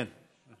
כן.